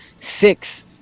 six